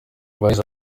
abahize